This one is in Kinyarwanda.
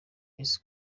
miss